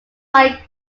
like